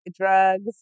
drugs